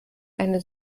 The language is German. eine